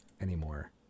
anymore